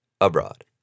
Abroad